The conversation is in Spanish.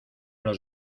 los